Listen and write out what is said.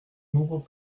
n’ouvre